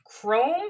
Chrome